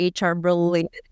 HR-related